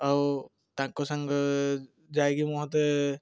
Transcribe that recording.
ଆଉ ତାଙ୍କ ସାଙ୍ଗ ଯାଇକି ମତେ